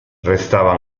restava